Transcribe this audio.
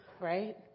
right